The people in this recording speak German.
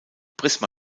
prisma